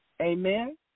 Amen